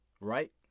Right